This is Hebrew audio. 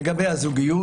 לגבי הזוגיות,